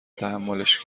تحملش